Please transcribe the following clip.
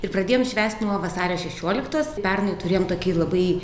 ir pradėjom švęst nuo vasario šešioliktos pernai turėjom tokį labai